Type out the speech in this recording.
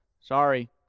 Sorry